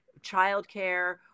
childcare